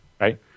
right